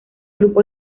grupo